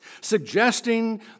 suggesting